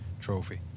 trophy